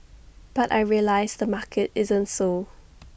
but I realised the market isn't so